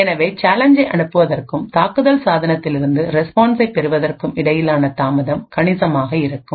எனவே சேலஞ்சை அனுப்புவதற்கும் தாக்குதல் சாதனத்திலிருந்து ரெஸ்பான்ஸைப் பெறுவதற்கும் இடையிலான தாமதம் கணிசமாக இருக்கும்